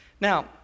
Now